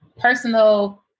personal